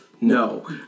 No